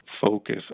focus